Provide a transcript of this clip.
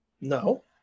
No